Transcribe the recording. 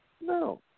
No